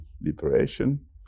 liberation